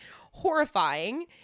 horrifying